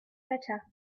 better